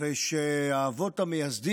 תסתכל אם מישהו לא